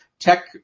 Tech